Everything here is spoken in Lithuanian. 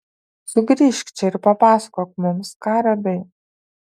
sugrįžk čia ir papasakok mums ką radai